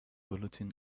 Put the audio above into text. bulletin